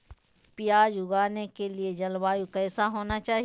प्याज उगाने के लिए जलवायु कैसा होना चाहिए?